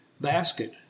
Basket